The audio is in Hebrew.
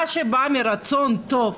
מה שבא מרצון טוב,